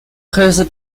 his